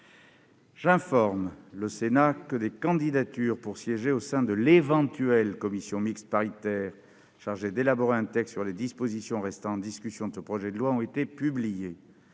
J'informe le Sénat que les candidatures pour siéger au sein de l'éventuelle commission mixte paritaire chargée d'élaborer un texte sur les dispositions restant en discussion de ce projet de loi ont été publiées.